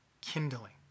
kindling